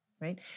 Right